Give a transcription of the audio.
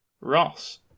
ross